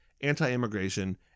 anti-immigration